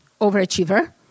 Overachiever